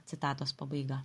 citatos pabaiga